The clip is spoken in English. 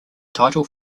title